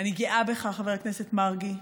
אני גאה בך, חבר הכנסת מרגי,